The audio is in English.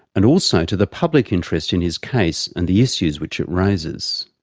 and also to the public interest in his case and the issues which it raises.